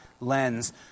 lens